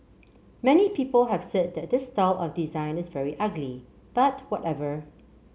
many people have said that this style of design is very ugly but whatever